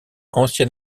ancien